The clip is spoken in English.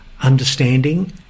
understanding